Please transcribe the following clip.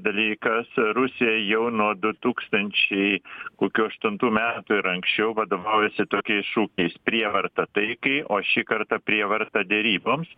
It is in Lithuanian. dalykas rusija jau nuo du tūkstančiai kokių aštuntų metų ir anksčiau vadovaujasi tokiais šūkiais prievarta taikai o šį kartą prievarta deryboms